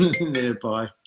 nearby